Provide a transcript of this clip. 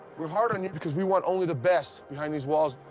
we're hard on you because we want only the best behind these walls,